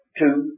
two